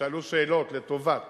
ושאלו שאלות לטובת